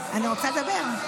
אני רוצה לדבר.